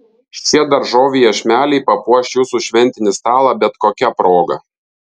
šie daržovių iešmeliai papuoš jūsų šventinį stalą bet kokia proga